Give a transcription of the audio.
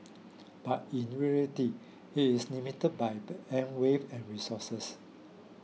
but in reality it is limited by bandwidth and resources